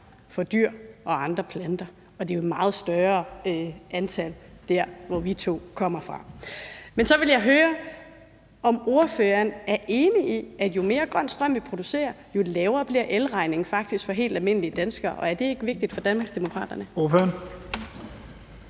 for dyr og andre planter, og der, hvor vi to kommer fra, er det jo et meget større antal. Men så vil jeg høre, om ordføreren er enig i, at jo mere grøn strøm vi producerer, jo lavere bliver elregningen faktisk for helt almindelige danskere. Og er det ikke vigtigt for Danmarksdemokraterne?